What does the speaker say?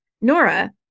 Nora